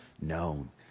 known